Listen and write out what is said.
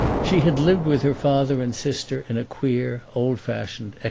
she had lived with her father and sister in a queer old-fashioned,